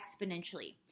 exponentially